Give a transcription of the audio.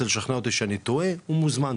לשכנע אותי שאני טועה אז הוא מוזמן,